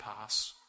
pass